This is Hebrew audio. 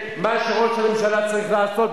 אז מה הציע לו ראש הממשלה אולמרט?